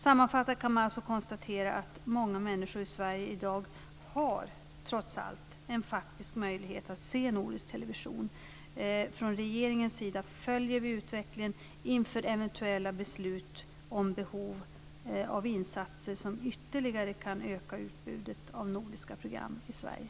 Sammanfattat kan man alltså konstatera att många människor i Sverige i dag trots allt har en faktisk möjlighet att se nordisk television. Från regeringens sida följer vi utvecklingen inför eventuella beslut om behov av insatser som ytterligare kan öka utbudet av nordiska program i Sverige.